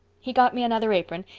he got me another apron,